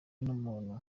n’umuntu